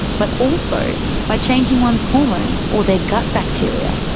but also by changing one's hormones or their gut bacteria.